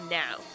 now